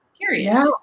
Period